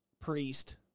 Priest